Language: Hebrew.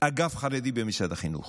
אגף חרדי במשרד החינוך.